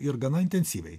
ir gana intensyviai